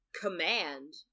Command